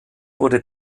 wurde